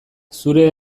zure